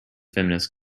feminist